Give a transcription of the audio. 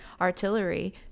artillery